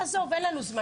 עזוב, אין לנו זמן.